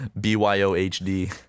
B-Y-O-H-D